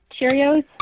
Cheerios